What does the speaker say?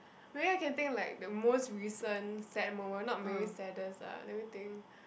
maybe I can think like the most recent sad moment not maybe saddest ah let me think